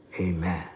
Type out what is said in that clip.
amen